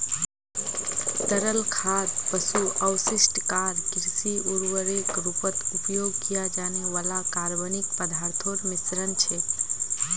तरल खाद पशु अपशिष्ट आर कृषि उर्वरकेर रूपत उपयोग किया जाने वाला कार्बनिक पदार्थोंर मिश्रण छे